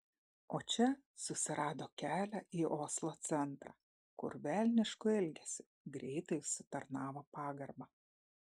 o čia susirado kelią į oslo centrą kur velnišku elgesiu greitai užsitarnavo pagarbą